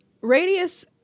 Radius